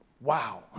Wow